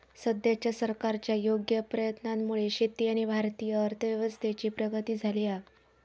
सद्याच्या सरकारच्या योग्य प्रयत्नांमुळे शेती आणि भारतीय अर्थव्यवस्थेची प्रगती झाली हा